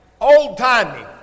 old-timey